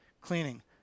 cleaning